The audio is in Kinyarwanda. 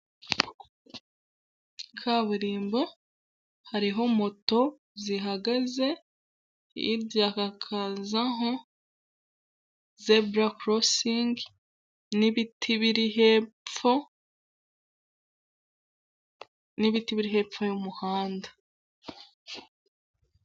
Kaburimbo hariho moto zihagaze, hirya hakazaho zebura korosingi n'ibiti biri hepfo, n’ ibiti biri hepfo y’ umuhanda.